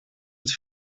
het